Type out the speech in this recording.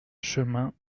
chemin